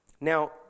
Now